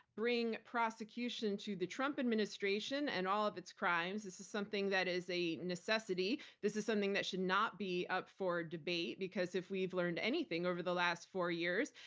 bring prosecution to the trump administration and all of its crimes. this is something that is a necessity. this is something that should not be up for debate because if we've learned anything over the last four years,